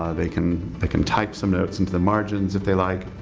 ah they can ah can type some notes into the margins if they like.